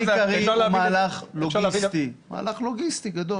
מהלך לוגיסטי גדול.